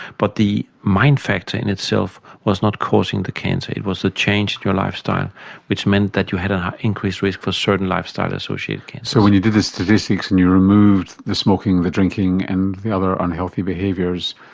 but the mind factor in itself was not causing the cancer, it was the change to your lifestyle which meant that you had an increased risk for certain lifestyle associated cancers. so when you did the statistics and you removed the smoking and the drinking and the other unhealthy behaviours,